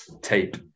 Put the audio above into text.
tape